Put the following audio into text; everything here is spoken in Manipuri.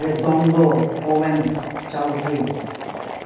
Redondo Owen Chowdhury